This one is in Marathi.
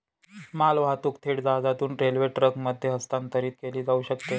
मालवाहतूक थेट जहाजातून रेल्वे ट्रकमध्ये हस्तांतरित केली जाऊ शकते